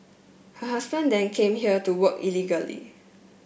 her husband then came here to work illegally